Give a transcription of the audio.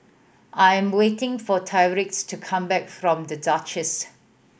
I am waiting for Tyreek to come back from The Duchess